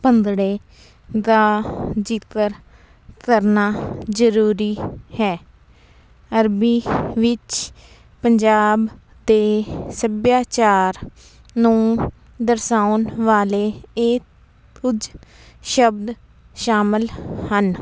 ਭੰਗੜੇ ਦਾ ਜ਼ਿਕਰ ਕਰਨਾ ਜ਼ਰੂਰੀ ਹੈ ਅਰਬੀ ਵਿੱਚ ਪੰਜਾਬ ਦੇ ਸੱਭਿਆਚਾਰ ਨੂੰ ਦਰਸਾਉਣ ਵਾਲੇ ਇਹ ਕੁਝ ਸ਼ਬਦ ਸ਼ਾਮਿਲ ਹਨ